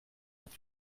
hat